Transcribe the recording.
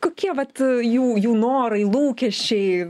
kokie vat jų jų norai lūkesčiai